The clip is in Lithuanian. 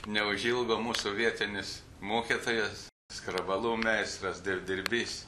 neužilgo mūsų vietinis mokytojas skrabalų meistras dievdirbys